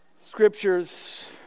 scriptures